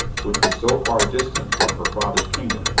which was so far distant from her father's kingdom,